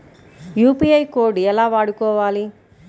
UPI code ఎలా వాడుకోవాలి?